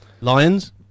Lions